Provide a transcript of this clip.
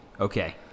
Okay